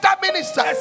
minister